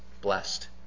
blessed